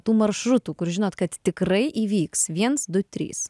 tų maršrutų kur žinot kad tikrai įvyks viens du trys